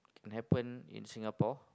happen in singapore